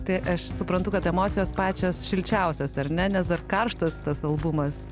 tai aš suprantu kad emocijos pačios šilčiausios ar ne nes dar karštas tas albumas